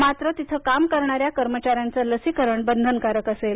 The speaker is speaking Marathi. मात्र तिथे काम करणाऱ्या कर्मचाऱ्यांच लसीकरण बंधनकारक असेल